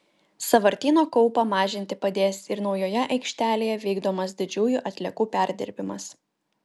sąvartyno kaupą mažinti padės ir naujojoje aikštelėje vykdomas didžiųjų atliekų perdirbimas